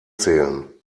zählen